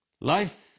Life